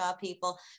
people